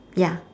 ya